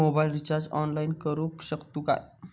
Mobile recharge online करुक शकतू काय?